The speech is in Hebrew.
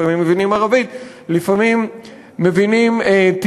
לפעמים מבינים ערבית,